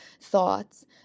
thoughts